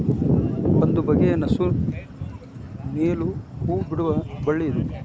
ಒಂದು ಬಗೆಯ ನಸು ನೇಲು ಹೂ ಬಿಡುವ ಬಳ್ಳಿ ಇದು